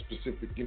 specific